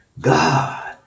God